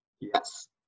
yes